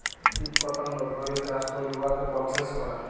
কীট পতঙ্গ ধ্যইরে চাষ ক্যইরে উয়াকে পরসেস ক্যরে